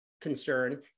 Concern